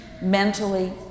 mentally